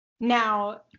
Now